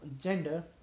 gender